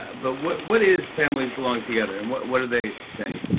ah but what what is families belong together and what what are they saying?